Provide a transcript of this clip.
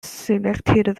selected